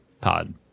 pod